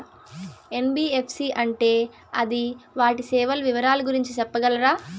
NBFC అంటే అది వాటి సేవలు వివరాలు గురించి సెప్పగలరా?